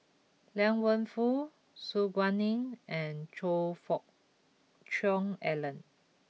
Liang Wenfu Su Guaning and Choe Fook Cheong Alan